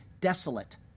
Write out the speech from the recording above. desolate